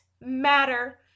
Matter